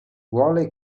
vuole